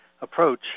approach